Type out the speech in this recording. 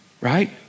right